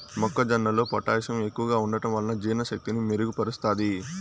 మొక్క జొన్నలో పొటాషియం ఎక్కువగా ఉంటడం వలన జీర్ణ శక్తిని మెరుగు పరుస్తాది